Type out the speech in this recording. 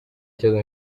kibazo